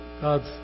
God's